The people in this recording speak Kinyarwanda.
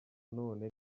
none